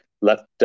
left